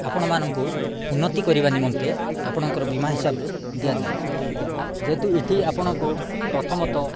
ଆପଣମାନଙ୍କୁ ଉନ୍ନତି କରିବା ନିମନ୍ତେ ଆପଣଙ୍କର ବୀମା ହିସାବରେ ଦିଆଯାଉଛି ଯେହେତୁ ଏଇଠି ଆପଣଙ୍କୁ ପ୍ରଥମତଃ